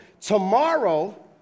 Tomorrow